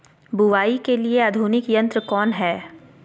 बुवाई के लिए आधुनिक यंत्र कौन हैय?